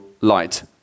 light